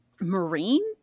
marine